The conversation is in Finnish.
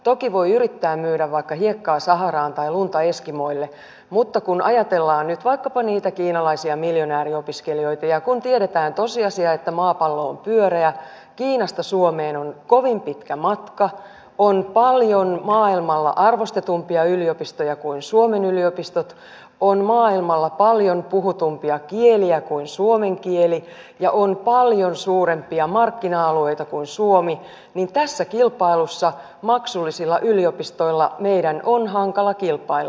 toki voi yrittää myydä vaikka hiekkaa saharaan tai lunta eskimoille mutta kun ajatellaan nyt vaikkapa niitä kiinalaisia miljonääriopiskelijoita ja kun tiedetään tosiasia että maapallo on pyöreä kiinasta suomeen on kovin pitkä matka on paljon maailmalla arvostetumpia yliopistoja kuin suomen yliopistot on maailmalla paljon puhutumpia kieliä kuin suomen kieli ja on paljon suurempia markkina alueita kuin suomi niin tässä kilpailussa maksullisilla yliopistoilla meidän on hankala kilpailla